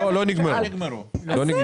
ככל שאלה התקבלו קודם להכרזה על יציאה